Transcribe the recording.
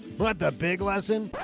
but the big lesson,